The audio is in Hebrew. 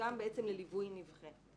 וזכאותם של הילדים האלה נבחנת.